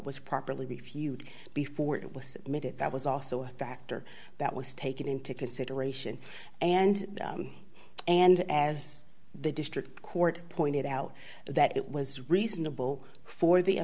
was properly b feud before it was submitted that was also a factor that was taken into consideration and and as the district court pointed out that it was reasonable for the